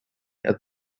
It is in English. and